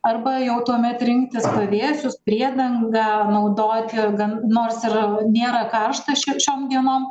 arba jau tuomet rinktis pavėsius priedangą naudoti gan nors ir nėra karšta šiaip šiom dienom